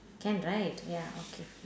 can right ya okay